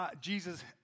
Jesus